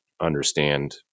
understand